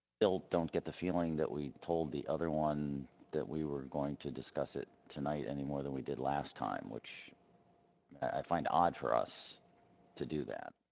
don't get the feeling that we told the other one that we were going to discuss it tonight any more than we did last time which i find odd for us to do that.